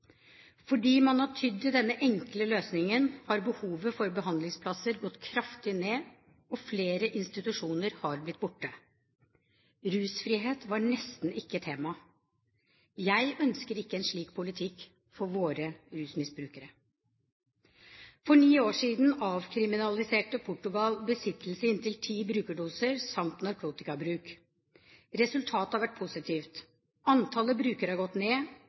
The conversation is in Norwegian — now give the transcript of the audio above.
Fordi man har tydd til denne enkle løsningen, har behovet for behandlingsplasser gått kraftig ned og flere institusjoner har blitt borte. Rusfrihet var nesten ikke tema. Jeg ønsker ikke en slik politikk for våre rusmisbrukere. For ni år siden avkriminaliserte Portugal besittelse av inntil ti brukerdoser samt narkotikabruk. Resultatet har vært positivt: Antallet brukere har gått ned,